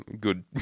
good